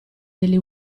degli